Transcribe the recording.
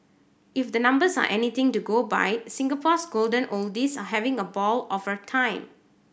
if the numbers are anything to go by Singapore's golden oldies are having a ball of a time